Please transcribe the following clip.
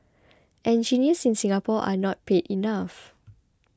engineers in Singapore are not paid enough